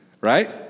right